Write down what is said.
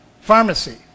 Pharmacy